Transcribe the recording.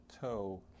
toe